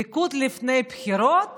ליכוד לפני בחירות